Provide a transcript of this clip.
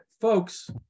folks